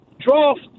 draft